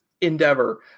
endeavor